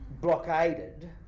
blockaded